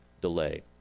delay